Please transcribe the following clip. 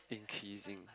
increasing